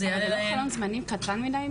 זה יעלה להן --- זה לא חלון זמנים קטן מדי?